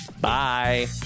Bye